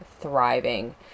thriving